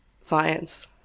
science